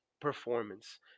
performance